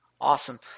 Awesome